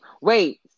Wait